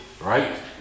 right